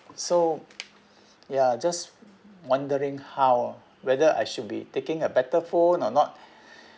so ya I just wondering how whether I should be taking a better phone or not